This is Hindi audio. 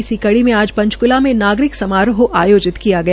इसी कड़ी में आज पंचकूला में नागरिक समरोह आयोजित किया गया